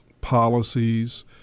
policies